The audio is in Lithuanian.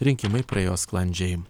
rinkimai praėjo sklandžiai